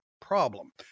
problem